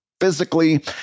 physically